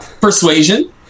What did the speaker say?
Persuasion